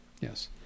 Yes